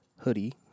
hoodie